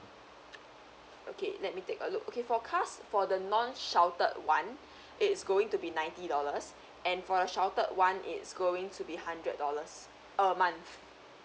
okay let me take a look okay for cars for the non sheltered one it's going to be ninety dollars and for the sheltered one it's going to be hundred dollars a month